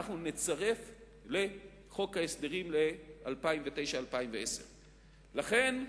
אנחנו נצרף לחוק ההסדרים ל-2009 2010. לכן,